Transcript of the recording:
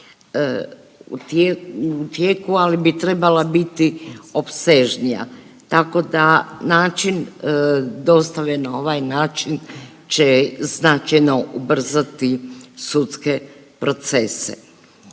u tijeku, ali bi trebala biti opsežnija tako da način dostave na ovaj način će značajno ubrzati sudske procese.